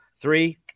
Three